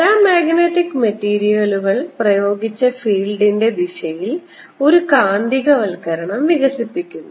paramagnetic മെറ്റീരിയലുകൾ പ്രയോഗിച്ച ഫീൽഡിന്റെ ദിശയിൽ ഒരു കാന്തികവൽക്കരണം വികസിപ്പിക്കുന്നു